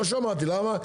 לא שמעתי למה?